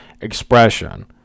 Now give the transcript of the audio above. expression